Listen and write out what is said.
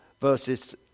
verses